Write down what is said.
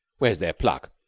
where's their pluck?